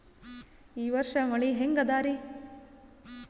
ಈ ವರ್ಷ ಮಳಿ ಹೆಂಗ ಅದಾರಿ?